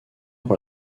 pour